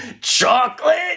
Chocolate